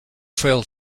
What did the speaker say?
fail